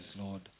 Lord